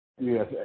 Yes